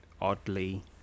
oddly